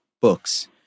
books